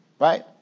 Right